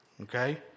okay